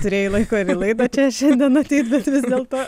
turėjai laiko ir į laidą čia šiandien ateit bet vis dėlto